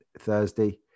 Thursday